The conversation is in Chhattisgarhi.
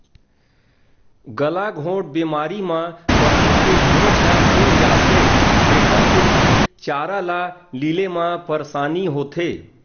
गलाघोंट बेमारी म पसू के घेंच ह फूल जाथे तेखर सेती चारा ल लीले म परसानी होथे